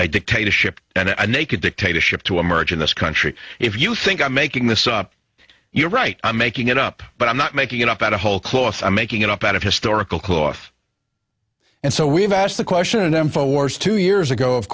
a dictatorship and i make a dictatorship to emerge in this country if you think i'm making this up you're right i'm making it up but i'm not making it up out of whole cloth i'm making it up out of historical cool off and so we've asked the question m four wars two years ago of